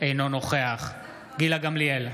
אינו נוכח גילה גמליאל,